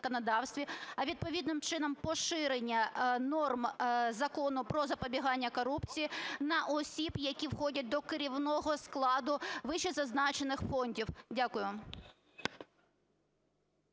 а відповідним чином поширення норм Закону "Про запобігання корупції" на осіб, які входять до керівного складу вищезазначених фондів. Дякую.